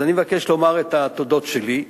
אני מבקש לומר את התודות שלי.